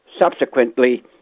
Subsequently